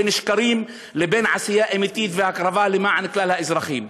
בין שקרים לבין עשייה אמיתית והקרבה למען כלל האזרחים.